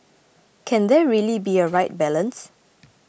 can there really be a right balance